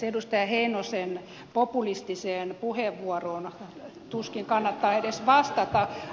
edustaja heinosen populistiseen puheenvuoroon tuskin kannattaa edes vastata